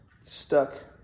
stuck